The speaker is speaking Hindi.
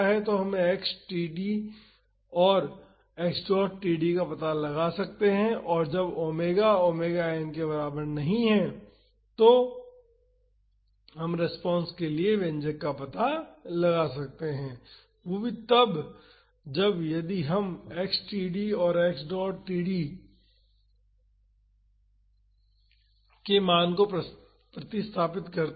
तो हम x td और x डॉट td का पता लगा सकते हैं और जब ओमेगा ओमेगा n के बराबर नहीं है तो हम रेस्पॉन्स के लिए व्यंजक का पता लगा सकते हैं वो भी तब जब यदि हम x td और x डॉट td के मान को प्रतिस्थापित करते हैं